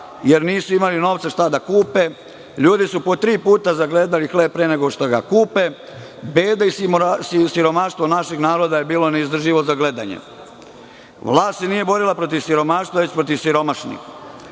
jer nisu imali novca šta da kupe. Ljudi su po tri puta zagledali hleb pre nego što ga kupe, beda i siromaštvo našeg naroda je bilo neizdrživo za gledanje. Vlast se nije borila protiv siromaštva već protiv siromašnih.